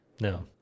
No